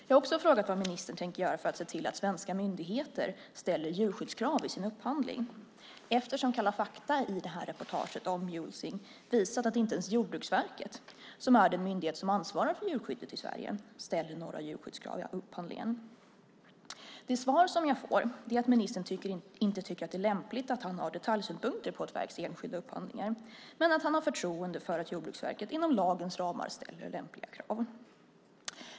Jag har också frågat vad ministern tänker göra för att se till att svenska myndigheter ställer djurskyddskrav i sin upphandling, eftersom Kalla fakta i det här reportaget om mulesing visat att inte ens Jordbruksverket, som är den myndighet som ansvarar för djurskyddet i Sverige, ställer några djurskyddskrav vid upphandlingen. Det svar som jag får är att ministern inte tycker att det är lämpligt att han har detaljsynpunkter på ett verks enskilda upphandlingar, men att han har förtroende för att Jordbruksverket inom lagens ramar ställer lämpliga krav.